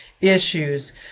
issues